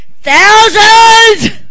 Thousands